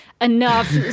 enough